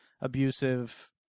abusive